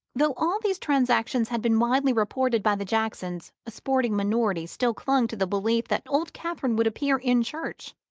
though all these transactions had been widely reported by the jacksons a sporting minority still clung to the belief that old catherine would appear in church,